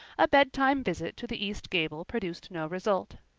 a bedtime visit to the east gable produced no result.